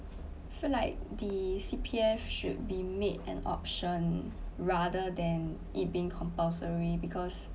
feel like the C_P_F should be made an option rather than it being compulsory because